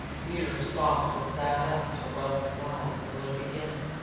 peter stopped and sat up to rub his eyes and look again.